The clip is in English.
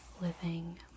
living